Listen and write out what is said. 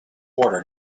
water